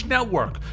Network